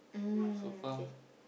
mm kay